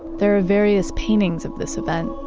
there are various paintings of this event.